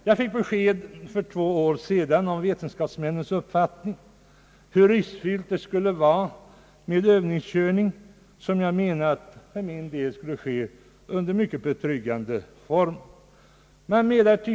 För två år sedan fick jag besked om vetenskapsmännens uppfattning om hur riskfyllt det skulle vara med övningskörning, som jag för min del menar skulle bedrivas under mycket betryggande former.